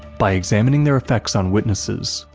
by examining their effects on witnesses,